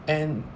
and